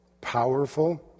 powerful